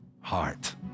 heart